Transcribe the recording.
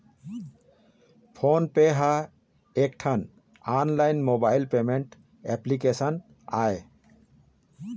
phone पे ह एकठन online mobile payment application आय